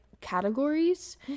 categories